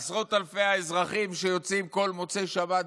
עשרות אלפי האזרחים שיוצאים כל מוצאי שבת,